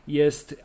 jest